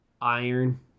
iron